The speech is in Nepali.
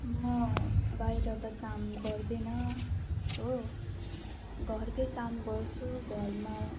म बाहिर त काम गर्दिनँ हो घरकै काम गर्छु घरमा